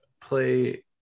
play